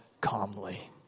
calmly